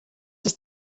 ist